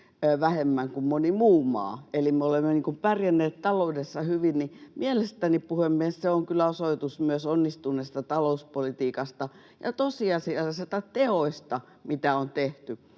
vähemmän kuin moni muu maa — eli me olemme pärjänneet taloudessa hyvin — mielestäni, puhemies, on kyllä osoitus myös onnistuneesta talouspolitiikasta ja tosiasiallisista teoista, mitä on tehty.